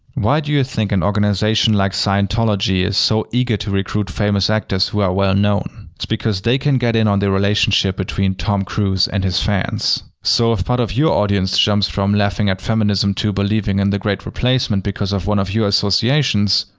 why do you think an organization like scientology is so eager to recruit famous actors who are well-known? it's because they can get in on the relationship between tom cruise and his fans. so, if part of your audience jumps from laughing at feminism to believing in the great replacement, because of one of your associations,